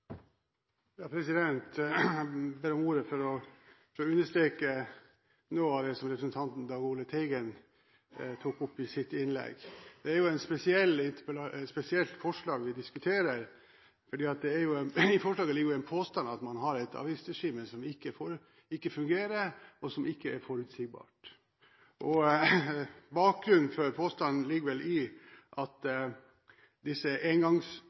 Dag Ole Teigen tok opp i sitt innlegg. Det er et spesielt forslag vi diskuterer, for i forslaget ligger det en påstand om at man har et avgiftsregime som ikke fungerer, og som ikke er forutsigbart. Bakgrunnen for påstanden ligger vel i at